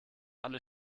alle